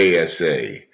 ASA